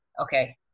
Okay